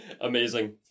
Amazing